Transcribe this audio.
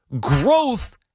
Growth